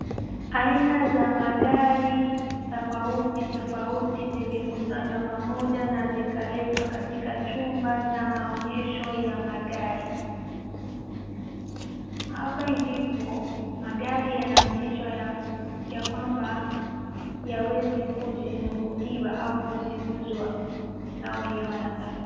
Aina za magari tofauti tofauti zimekusanywa pamoja na zikaletwa katika chumba cha maonyesho ya magari. Hapa ndipo magari yanaonyeshwa ya kwamba yaweze kujinunuliwa au kuziuzwa na wenye wanataka .